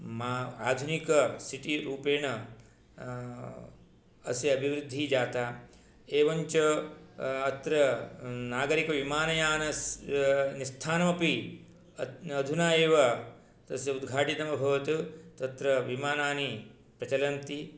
आधुनिक सिटी रूपेण अस्य अभिवृद्धिः जाता एवञ्च अत्र नागरिकविमानयानस्य निस्थानमपि अधुना एव तस्य उद्घाटितम् अभवत् तत्र विमानानि प्रचलन्ति